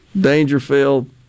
Dangerfield